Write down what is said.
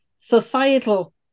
societal